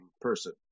person